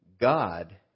God